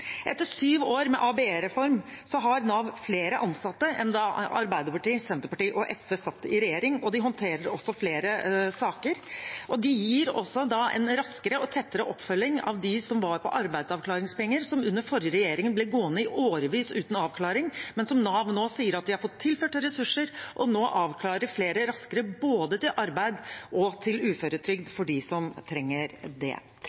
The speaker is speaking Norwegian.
Etter syv år med ABE-reform har Nav flere ansatte enn da Arbeiderpartiet, Senterpartiet og SV satt i regjering, og de håndterer også flere saker. De gir også en raskere og tettere oppfølging av dem som var på arbeidsavklaringspenger, som under den forrige regjeringen ble gående i årevis uten avklaring, men Nav sier nå at de har fått tilført ressurser og nå avklarer flere raskere både til arbeid og til uføretrygd for dem som trenger det.